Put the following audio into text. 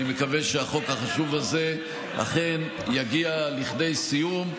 אני מקווה שהחוק החשוב הזה אכן יגיע לכדי סיום.